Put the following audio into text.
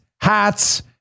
hats